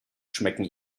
schmecken